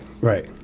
right